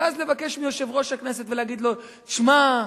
ואז לבקש מיושב-ראש הכנסת ולהגיד לו: שמע,